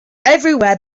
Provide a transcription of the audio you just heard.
everywhere